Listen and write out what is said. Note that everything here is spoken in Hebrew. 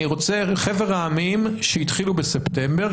אני רוצה חבר העמים שהתחילו בספטמבר,